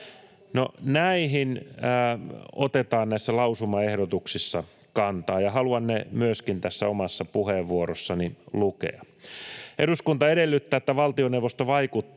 näihin otetaan näissä lausumaehdotuksissa kantaa, ja haluan ne myöskin tässä omassa puheenvuorossani lukea: ”Eduskunta edellyttää, että valtioneuvosto vaikuttaa